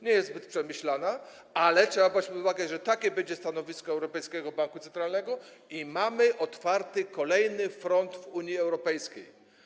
Nie jest ona zbyt przemyślana, ale trzeba brać pod uwagę, że takie będzie stanowisko Europejskiego Banku Centralnego, i mamy otwarty kolejny front w Unii Europejskiej.